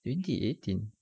twenty eighteen